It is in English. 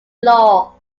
law